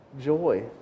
joy